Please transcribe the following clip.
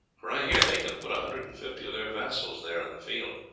for i hear they can put a hundred and fifty of their vassals there in the field.